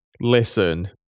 Listen